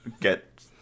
get